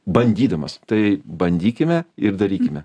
bandydamas tai bandykime ir darykime